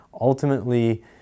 Ultimately